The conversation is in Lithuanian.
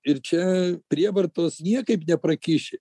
ir čia prievartos niekaip neprakiši